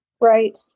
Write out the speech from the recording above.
right